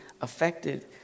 affected